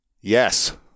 Yes